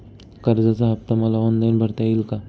कर्जाचा हफ्ता मला ऑनलाईन भरता येईल का?